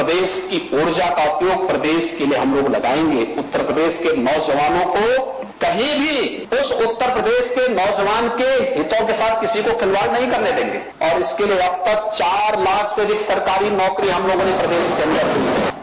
प्रदेश की ऊर्जा का उपयोग प्रदेश के लिये हम लोग लगायेंगे उत्तर प्रदेश के नौजवानों को कहीं भी इस उत्तर प्रदेश के नौजवान के हितों के साथ किसी को खिलवाड़ नहीं करने देंगे ओर इसके लिये अब तक चार लाख से अधिक सरकारी नौकरी हम लोगों ने प्रदेश को अन्दर दी है